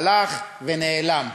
הלך ונעלם.